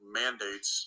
mandates